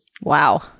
Wow